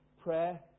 Prayer